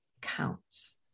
counts